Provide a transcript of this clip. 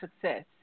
success